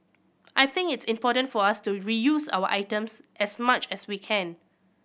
I think it's important for us to reuse our items as much as we can